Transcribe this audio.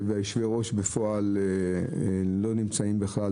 ויושב הראש בפועל לא נמצא בכלל,